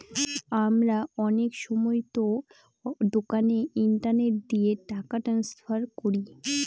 আমরা অনেক সময়তো দোকানে ইন্টারনেট দিয়ে টাকা ট্রান্সফার করি